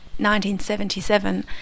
1977